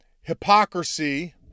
hypocrisy